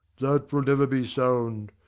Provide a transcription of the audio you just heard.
that will never be sound.